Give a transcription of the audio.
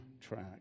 track